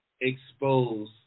expose